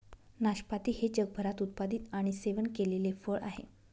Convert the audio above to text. नाशपाती हे जगभरात उत्पादित आणि सेवन केलेले फळ आहे